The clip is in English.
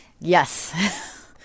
Yes